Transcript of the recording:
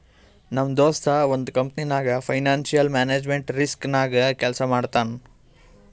ನಮ್ ದೋಸ್ತ ಒಂದ್ ಕಂಪನಿನಾಗ್ ಫೈನಾನ್ಸಿಯಲ್ ಮ್ಯಾನೇಜ್ಮೆಂಟ್ ರಿಸ್ಕ್ ನಾಗೆ ಕೆಲ್ಸಾ ಮಾಡ್ತಾನ್